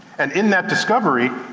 and in that discovery,